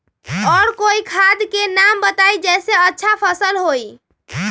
और कोइ खाद के नाम बताई जेसे अच्छा फसल होई?